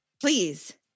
please